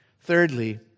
Thirdly